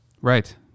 Right